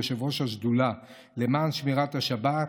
יושב-ראש השדולה למען שמירת השבת,